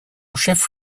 chef